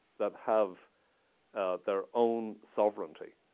that have their own sovereignty.